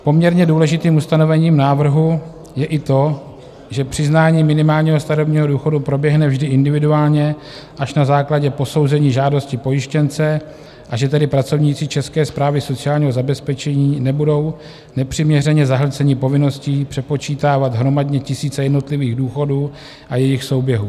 Poměrně důležitým ustanovením návrhu je i to, že přiznání minimálního starobního důchodu proběhne vždy individuálně až na základě posouzení žádosti pojištěnce, a že tedy pracovníci České správy sociálního zabezpečení nebudou nepřiměřeně zahlceni povinností přepočítávat hromadně tisíce jednotlivých důchodů a jejich souběhů.